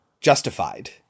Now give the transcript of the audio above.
Justified